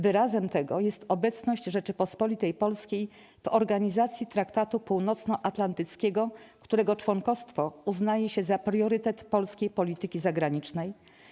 Wyrazem tego jest obecność Rzeczypospolitej Polskiej w Organizacji Traktatu Północnoatlantyckiego, którego członkostwo uznaje się za priorytet polskiej polityki zagranicznej.